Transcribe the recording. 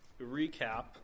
recap